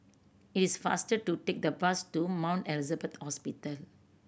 it is faster to take the bus to Mount Elizabeth Hospital